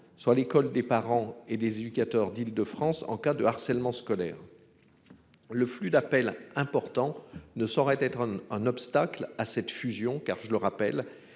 soit l'école des parents et des éducateurs d'Île-de-France en cas de harcèlement scolaire. Le flux d'appels importants ne saurait être un obstacle à cette fusion, car je le rappelle.